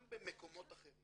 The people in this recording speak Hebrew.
גם במקומות אחרים